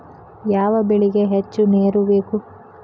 ಯಾವ ಬೆಳಿಗೆ ಹೆಚ್ಚು ನೇರು ಬೇಕು?